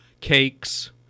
cakes